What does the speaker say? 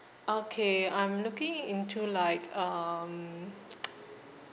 okay I'm looking into like um